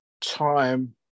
time